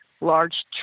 large